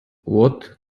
what